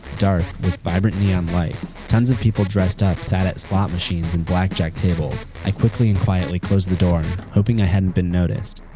dark, with vibrant neon lights. tons of people dressed up sat at slot machines and blackjack tables. i quickly and quietly closed the door, hoping i hadn't been noticed.